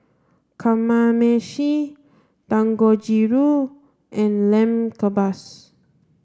Kamameshi Dangojiru and Lamb Kebabs